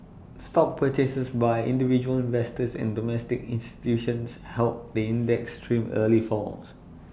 stock purchases by individual investors and domestic institutions helped the index trim early falls